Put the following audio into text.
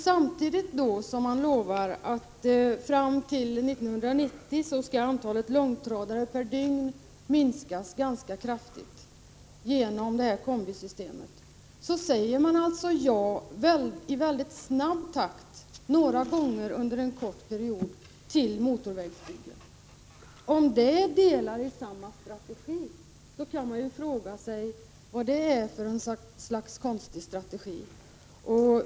Samtidigt som man lovar att fram till 1990 skall antalet långtradare per dygn minskas ganska kraftigt genom kombisystemet, säger man alltså i väldigt snabb takt ja till motorvägsbyggen några gånger under en kort period. Om det är delar av samma strategi, finns det anledning att fråga sig vad det är för slags konstig strategi.